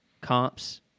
comps